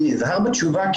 אבל אני נזהר בתשובה,